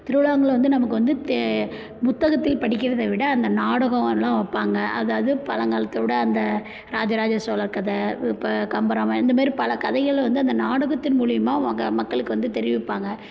திருவிழாங்களை வந்து நமக்கு வந்து தே புத்தகத்தில் படிக்கிறதை விட அந்த நாடகம் எல்லாம் வைப்பாங்க அதாவது பழங்காலத்தோட அந்த ராஜராஜ சோழர் கதை இப்போ கம்பராமாயணம் இந்த மாரி பல கதைகளை வந்து அந்த நாடகத்தின் மூலயமா அவங்க மக்களுக்கு வந்து தெரிவிப்பாங்க